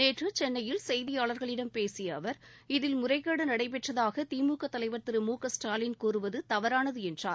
நேற்று சென்னையில் செய்தியாளர்களிடம் பேசிய அவர் இதில் முறைகேடு நடைபெற்றதாக திமுக தலைவர் திரு மு க ஸ்டாலின் கூறுவது தவறானது என்றார்